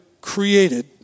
created